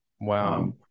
Wow